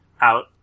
out